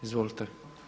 Izvolite.